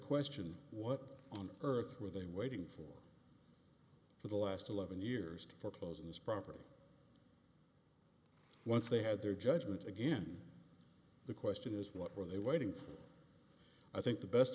question what on earth were they waiting for for the last eleven years to foreclose on this property once they had their judgment again the question is what are they waiting for i think the best